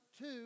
two